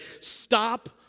stop